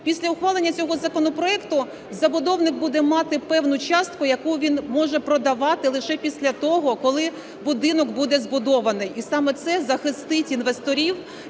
Після ухвалення цього законопроекту забудовник буде мати певну частку, яку він може продавати лише після того, коли будинок буде збудований, і саме це захистить інвесторів